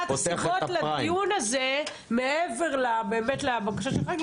אחת הסיבות לדיון הזה מעבר באמת לבקשה של הח"כים,